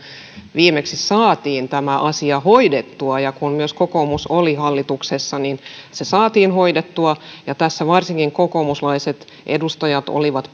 viimeksi saatiin tämä asia hoidettua ja kun myös kokoomus oli hallituksessa se saatiin hoidettua ja tässä varsinkin kokoomuslaiset edustajat olivat